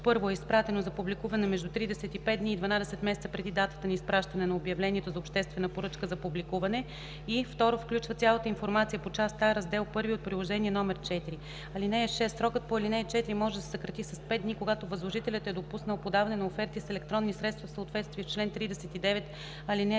1. е изпратено за публикуване между 35 дни и 12 месеца преди датата на изпращане на обявлението за обществена поръчка за публикуване, и 2. включва цялата информация по Част А, Раздел I от Приложение № 4. (6) Срокът по ал. 4 може да се съкрати с 5 дни, когато възложителят е допуснал подаване на оферти с електронни средства в съответствие с чл. 39, ал.